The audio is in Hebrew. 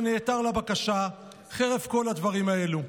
שנעתר לבקשה חרף כל הדברים האלה.